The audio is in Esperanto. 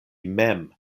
mem